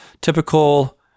typical